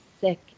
sick